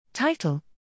Title